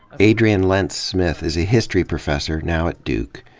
adriane lentz-smith is a history professor, now at duke.